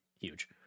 huge